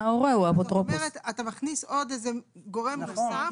זאת אומרת שאתה מכניס גורם נוסף.